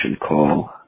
call